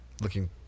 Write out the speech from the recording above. looking